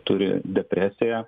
turi depresiją